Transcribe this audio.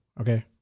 Okay